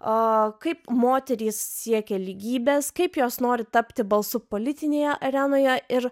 a kaip moterys siekia lygybės kaip jos nori tapti balsu politinėje arenoje ir